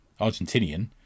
argentinian